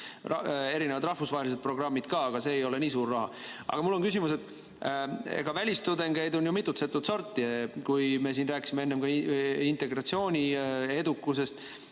erinevad rahvusvahelised programmid, aga see ei ole nii suur raha. Aga mul on küsimus. Välistudengeid on mitut sorti. Me siin rääkisime enne integratsiooni edukusest.